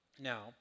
Now